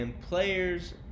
players